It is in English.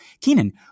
Keenan